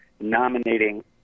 nominating